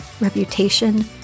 reputation